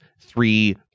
three